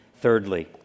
Thirdly